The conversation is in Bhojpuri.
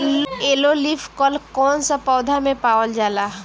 येलो लीफ कल कौन सा पौधा में पावल जाला?